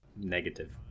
Negative